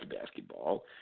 basketball